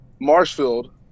Marshfield